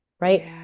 Right